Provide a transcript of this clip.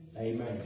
Amen